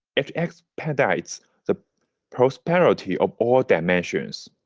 it expedites the prosperity of all dimensions.